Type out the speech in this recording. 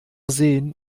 sehen